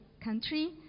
country